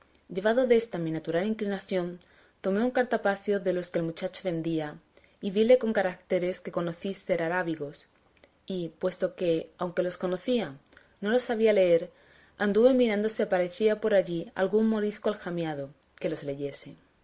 llevado desta mi natural inclinación tomé un cartapacio de los que el muchacho vendía y vile con caracteres que conocí ser arábigos y puesto que aunque los conocía no los sabía leer anduve mirando si parecía por allí algún morisco aljamiado que los leyese